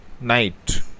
night